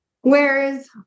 Whereas